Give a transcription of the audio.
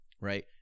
Right